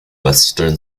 western